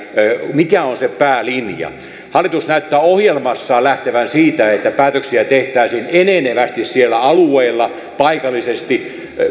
mikä on se päälinja hallitus näyttää ohjelmassaan lähtevän siitä että päätöksiä tehtäisiin enenevästi siellä alueilla paikallisesti